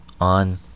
on